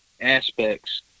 aspects